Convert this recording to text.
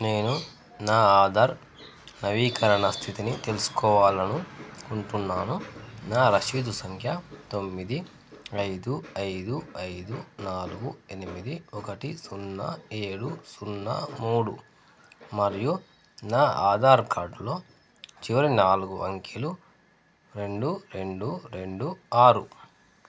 నేను నా ఆధార్ నవీకరణ స్థితిని తెలుసుకోవాలనుకుంటున్నాను నా రసీదు సంఖ్య తొమ్మిది ఐదు ఐదు ఐదు నాలుగు ఎనిమిది ఒకటి సున్నా ఏడు సున్నా మూడు మరియు నా ఆధార్ కార్డులో చివరి నాలుగు అంకెలు రెండు రెండు రెండు ఆరు